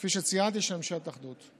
כפי שציינתי, של ממשלת אחדות,